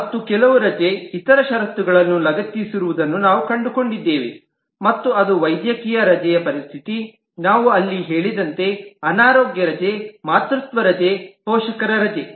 ಮತ್ತು ಕೆಲವು ರಜೆ ಇತರ ಷರತ್ತುಗಳನ್ನು ಲಗತ್ತಿಸಿರುವುದನ್ನು ನಾವು ಕಂಡುಕೊಂಡಿದ್ದೇವೆ ಮತ್ತು ಅದು ವೈದ್ಯಕೀಯ ರಜೆಯ ಪರಿಸ್ಥಿತಿ ನಾವು ಅಲ್ಲಿ ಹೇಳಿದಂತೆ ಅನಾರೋಗ್ಯ ರಜೆ ಮಾತೃತ್ವ ರಜೆ ಪೋಷಕರ ರಜೆ